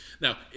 now